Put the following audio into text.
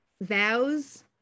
Vows